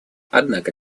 однако